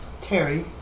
Terry